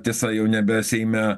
tiesa jau nebe seime